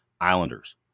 Islanders